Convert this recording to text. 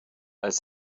als